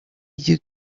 you